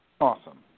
Awesome